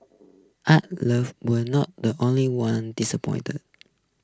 art love were not the only ones disappointed